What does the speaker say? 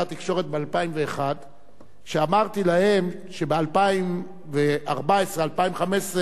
כשאמרתי להם שתהיה ב-2015-2014 חדירה של לפחות